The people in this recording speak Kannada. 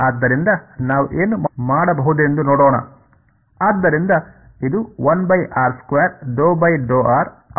ಆದ್ದರಿಂದ ನಾವು ಏನು ಮಾಡಬಹುದೆಂದು ನೋಡೋಣ